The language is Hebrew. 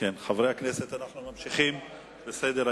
חברי הכנסת אנחנו ממשיכים בסדר-היום.